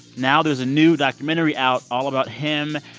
now there's a new documentary out all about him,